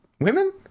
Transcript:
Women